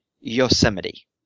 Yosemite